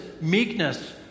meekness